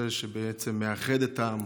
זה שבעצם מאחד את העם,